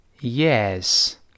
Yes